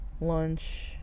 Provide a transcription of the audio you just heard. lunch